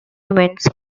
events